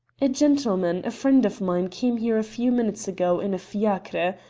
a gentleman, a friend of mine, came here a few minutes ago in a fiacre.